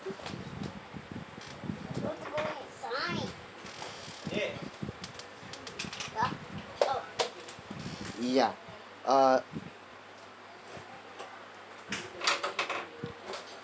ya uh